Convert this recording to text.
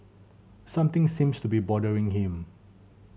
something seems to be bothering him